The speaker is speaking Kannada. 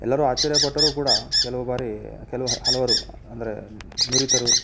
ಎಲ್ಲರೂ ಆಶ್ಚರ್ಯಪಟ್ಟರು ಕೂಡ ಕೆಲವು ಬಾರಿ ಕೆಲವು ಹ ಹಲವರು ಅಂದರೆ ನುರಿತರು